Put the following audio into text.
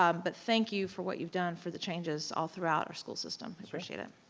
um but thank you for what you've done for the changes all throughout our school system. i appreciate it.